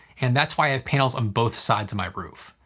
and that's why i have panels on both sides of my roof.